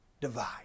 Divide